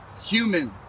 humans